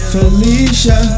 Felicia